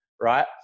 Right